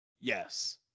Yes